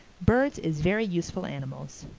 birds is very useful animals.